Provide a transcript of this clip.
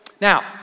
Now